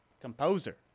Composer